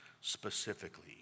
specifically